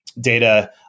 Data